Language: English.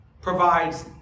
provides